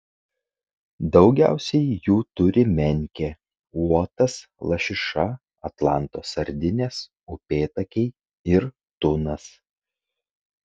daugiausiai jų turi menkė uotas lašiša atlanto sardinės upėtakiai ir tunas